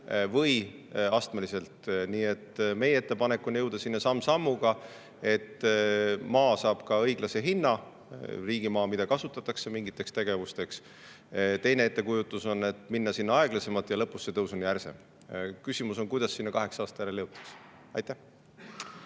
või astmeliselt. Meie ettepanek on jõuda sinna samm-sammult, et maa saaks ka õiglase hinna – riigimaa, mida kasutatakse mingiteks tegevusteks. Teine ettekujutus oleks minna aeglasemalt ja lõpus oleks tõus järsem. Küsimus on, kuidas sinna kaheksa aasta järel jõutakse. Aitäh!